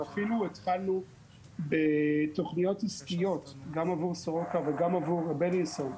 ואפילו התחלנו בתוכניות עסקיות גם עבור סורוקה וגם עבור בילינסון.